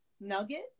nugget